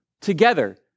together